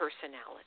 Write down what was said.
personality